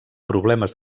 problemes